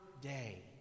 day